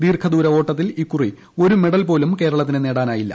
ദീർഘദൂര ഓട്ടത്തിൽ ഇക്കുറി ഒരു മെഡൽ പോലും കേരളത്തിന് നേടാനായില്ല